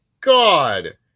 God